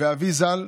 ואבי ז"ל,